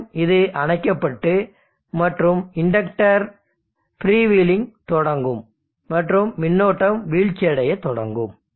மேலும் இது அணைக்கப்பட்டு மற்றும் இண்டக்டர் ஃப்ரீவீலிங்ஐ தொடங்கும் மற்றும் மின்னோட்டம் வீழ்ச்சியடைய தொடங்கும்